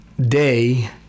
day